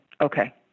okay